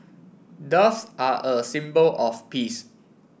doves are a symbol of peace